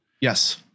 yes